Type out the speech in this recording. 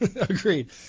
Agreed